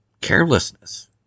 carelessness